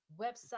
website